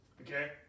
Okay